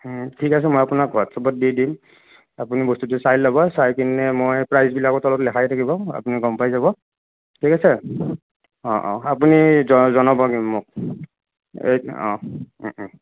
ঠিক আছে মই আপোনাক হোৱাটছএপত দি দিম আপুনি বস্তুটো চাই ল'ব চাই কিনে মই প্ৰাইজবিলাকো তলত লেখায়ে থাকিব আপুনি গম পাই যাব ঠিক আছে অ অ আপুনি জ জনাব কিন্তু মোক এই অ ও ও